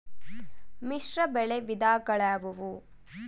ಮಿಶ್ರಬೆಳೆ ವಿಧಗಳಾವುವು?